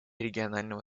регионального